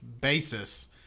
basis